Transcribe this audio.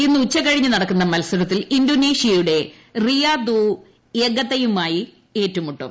ഇന്ന് ഉച്ച കഴിഞ്ഞ് നടക്കുന്ന മത്സരത്തിൽ ഇൻഡോനേഷ്യയുടെ റിയാതു എഗതയുമായി ഏറ്റുമുട്ടും